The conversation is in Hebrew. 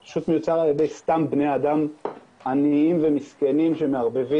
זה פשוט מיוצר על ידי סתם בני אדם עניים ומסכים שמערבבים